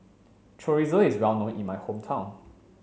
chorizo is well known in my hometown